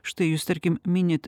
štai jūs tarkim minit